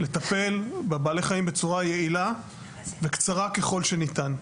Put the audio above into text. לטפל בבעלי החיים בצורה יעילה וקצרה ככל שניתן.